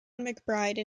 mcbride